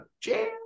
jam